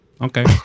Okay